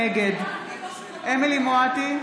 נגד אמילי חיה מואטי,